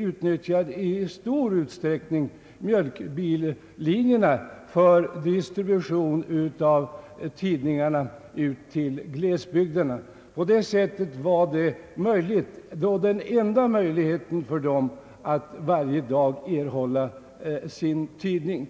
utnyttjas i stor utsträckning mjölkbillinjerna för distribution av tidningar ut till glesbygderna, Det har varit den enda möjligheten för människorna där att varje dag erhålla sin tidning.